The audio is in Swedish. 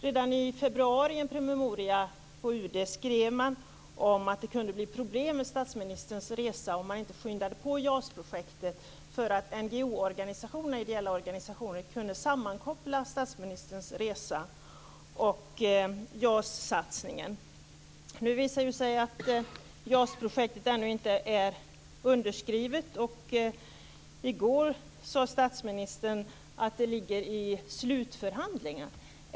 Redan i februari skrev man på UD i en promemoria att det kunde bli problem med statsministerns resa om inte JAS-projektet skyndades på, eftersom de ideella organisationerna kunde sammankoppla statsministerns resa och JAS-satsningen. JAS-projektet är ännu inte underskrivet. I går sade statsministern att det är föremål för slutförhandling.